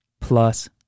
plus